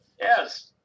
Yes